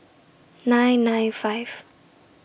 nine nine five